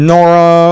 Nora